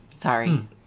sorry